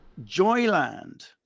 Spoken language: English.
Joyland